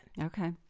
Okay